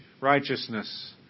righteousness